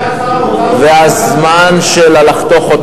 נדמה לי שסגן שר האוצר הוא מהמפלגה שלך,